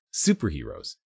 superheroes